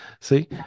See